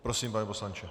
Prosím, pane poslanče.